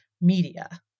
media